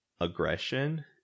aggression